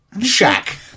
Shack